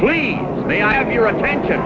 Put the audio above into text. please may i have your attention